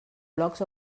blogs